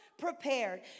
Prepared